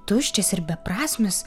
tuščias ir beprasmis